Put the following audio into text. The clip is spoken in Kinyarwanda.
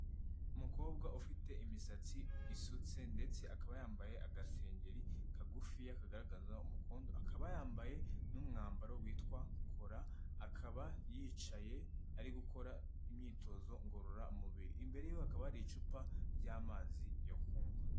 Umukobwa ufite imisatsi isutse ndetse akaba yambaye agasengeri kagufiya kagaragaza umukondo, akaba yambaye n'umwambaro witwa kora, akaba yicaye ari gukora imyitozo ngororamubiri, imbere ye hakaba hari icupa ry'amazi yo kunywa.